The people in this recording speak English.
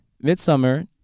Midsummer